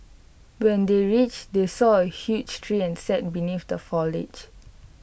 when they reached they saw A huge tree and sat beneath the foliage